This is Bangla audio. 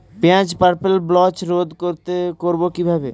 পেঁয়াজের পার্পেল ব্লচ রোধ করবো কিভাবে?